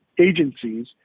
agencies